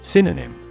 Synonym